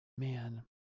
Man